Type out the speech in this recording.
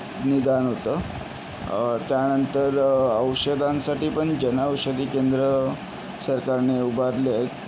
निदान होतं त्यानंतर औषधांसाठी पण जन औषधी केंद्रं सरकारने उभारले आहेत